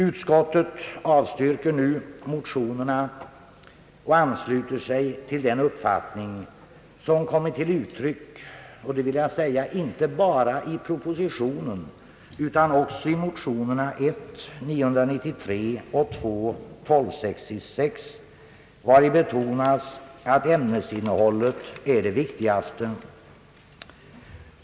Utskottet avstyrker motionerna och ansluter sig till den uppfattning, som kommit till uttryck inte bara i propositionen utan också i motionerna 1: 993 och II: 1266, vari betonas att ämnesinnehållet är det viktigaste.